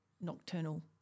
nocturnal